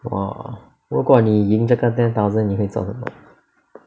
!wah! 如果你赢这个 ten thousand 你会做什么